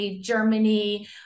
Germany